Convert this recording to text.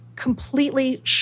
completely